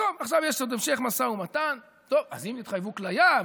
עכשיו יש עוד המשך משא ומתן: אז אם נתחייבו כליה,